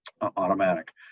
automatic